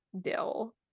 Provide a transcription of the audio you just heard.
Dill